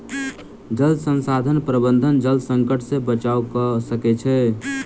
जल संसाधन प्रबंधन जल संकट से बचाव कअ सकै छै